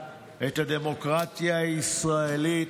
את הדמוקרטיה הישראלית,